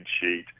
sheet